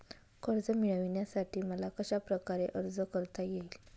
कर्ज मिळविण्यासाठी मला कशाप्रकारे अर्ज करता येईल?